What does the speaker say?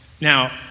Now